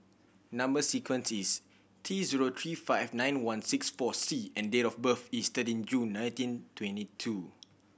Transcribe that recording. number sequence is T zero three five nine one six four C and date of birth is thirteen June nineteen twenty two